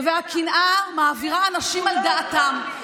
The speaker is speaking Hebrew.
והקנאה מעבירה אנשים על דעתם.